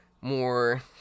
more